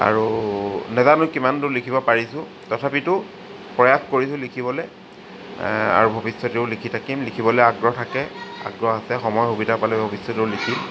আৰু নাজানো কিমান দূৰ লিখিব পাৰিছোঁ তথাপিতো প্ৰয়াস কৰিছো লিখিবলে আৰু ভৱিষ্যতেও লিখি থাকিম লিখিবলৈ আগ্ৰহ থাকে সময় সুবিধা পালে ভৱিষ্যতেও লিখিম